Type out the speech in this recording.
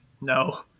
No